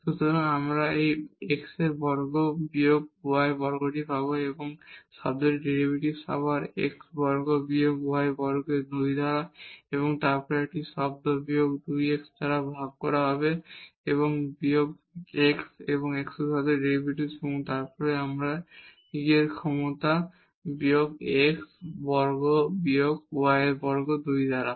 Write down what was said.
সুতরাং আমরা এই x বর্গ বিয়োগ y বর্গটি পাব এবং এই টার্মটির ডেরিভেটিভ আবার একই x বর্গ বিয়োগ y বর্গ 2 দ্বারা এবং তারপর একটি শব্দ বিয়োগ 2 x ভাগ করা হবে বিয়োগ x প্লাস x এর ক্ষেত্রে এর ডেরিভেটিভ এবং তারপর আমরা e ক্ষমতা বিয়োগ x বর্গ বিয়োগ y বর্গ 2 দ্বারা